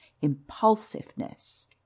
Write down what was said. impulsiveness